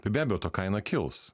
tai be abejo to kaina kils